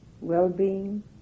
well-being